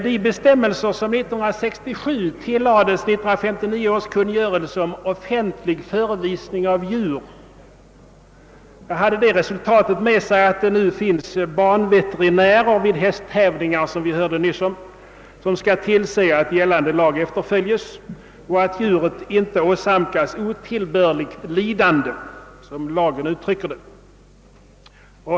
De bestämmelser som 1967 tillades 1959 års kungörelse om »offentlig förevisning av djur» medförde bl.a. det resultatet att det nu vid hästtävlingar finns banveterinärer, vilka skall tillse att gällande lag efterföljes och att djuren inte åsamkas »otillbörligt lidande», som lagen uttrycker det.